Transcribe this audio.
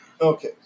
Okay